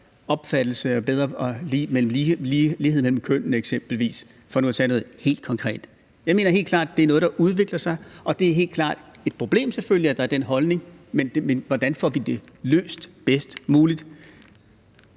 opfattelsen af, at der skal være lighed mellem kønnene eksempelvis, var større – for nu at tage noget helt konkret. Jeg mener helt klart, at det er noget, der udvikler sig, og det er selvfølgelig helt klart et problem, at der er den holdning, men hvordan får vi det løst bedst muligt?